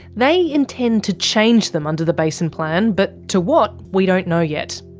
they intend to change them under the basin plan, but to what we don't know yet.